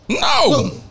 No